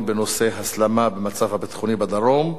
בנושא: ההסלמה במצב הביטחוני בדרום,